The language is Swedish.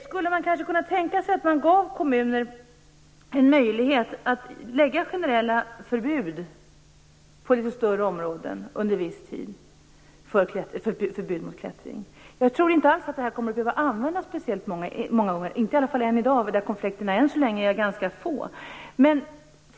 Skulle man kanske kunna tänka sig att ge kommunerna en möjlighet att lägga generella förbud mot klättring på litet större områden och under en viss tid? Jag tror inte att den möjligheten skulle behöva utnyttjas speciellt många gånger - i alla fall inte i dag. Än så länge är ju konflikterna ganska få.